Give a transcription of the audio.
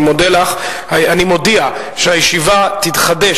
אני מודיע שהישיבה תתחדש,